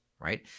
right